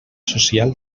social